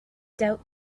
doubt